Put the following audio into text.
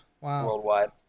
worldwide